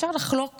אפשר לחלוק